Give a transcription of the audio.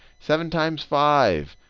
seven times five,